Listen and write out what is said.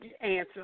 answer